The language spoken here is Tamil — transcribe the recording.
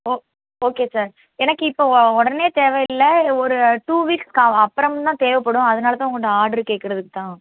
ஓ ஓகே சார் எனக்கு இப்போ உடனே தேவையில்லை ஒரு டூ வீக்ஸ் க அப்புறம் தான் தேவைப்படும் அதுனால தான் உங்கள்ட்ட ஆர்டர் கேட்குறதுக்கு தான்